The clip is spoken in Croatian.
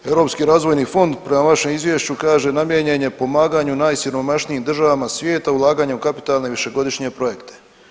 Europski razvojni fond prema vašem izvješću kaže namijenjen je pomaganju najsiromašnijim državama svijeta ulaganjem u kapitalne višegodišnje projekte.